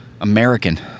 American